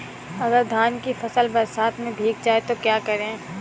अगर धान की फसल बरसात में भीग जाए तो क्या करें?